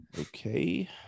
okay